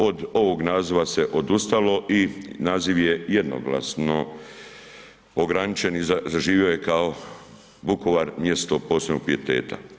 Od ovog naziva se odustalo i naziv je jednoglasno ograničen i zaživio je kao Vukovar mjesto posebnog pijeteta.